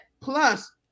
plus